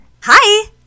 Hi